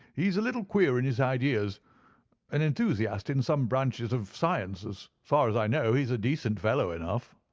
he is a little queer in his ideas an enthusiast in some branches of science. as far as i know he is a decent fellow enough.